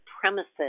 premises